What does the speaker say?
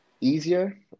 easier